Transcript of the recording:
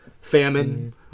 famine